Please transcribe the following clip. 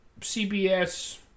CBS